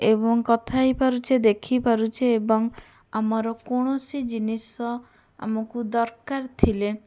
ଏବଂ କଥା ହେଇପାରୁଛେ ଦେଖି ପାରୁଛେ ଏବଂ ଆମର କୌଣସି ଜିନିଷ ଆମକୁ ଦରକାର ଥିଲେ